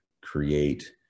create